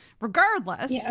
regardless